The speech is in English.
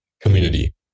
community